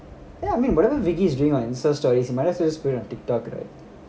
ya I mean whatever vicky's doing on insta stories you might as well just put it on tik tok right